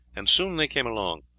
and soon they came along,